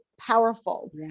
powerful